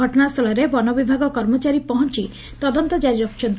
ଘଟଣାସ୍ଥଳରେ ବନ ବିଭାଗ କର୍ମଚାରୀ ପହଞ୍ ତଦନ୍ତ କାରି ରଖୃଛନ୍ତି